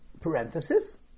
Parenthesis